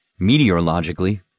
Meteorologically